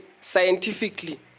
scientifically